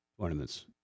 tournaments